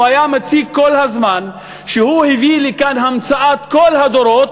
הוא היה מציג כל הזמן שהוא הביא לכאן המצאת כל הדורות,